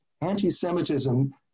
anti-Semitism